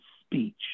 speech